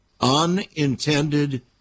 Unintended